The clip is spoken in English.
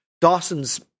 Dawson's